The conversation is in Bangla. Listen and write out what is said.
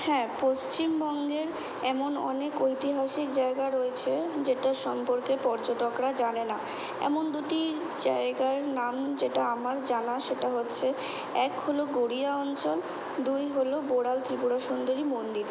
হ্যাঁ পশ্চিমবঙ্গের এমন অনেক ঐতিহাসিক জায়গা রয়েছে যেটার সম্পর্কে পর্যটকরা জানে না এমন দুটি জায়গার নাম যেটা আমার জানা সেটা হচ্ছে এক হলো গড়িয়া অঞ্চল দুই হলো বোড়াল ত্রিপুরা সুন্দরী মন্দির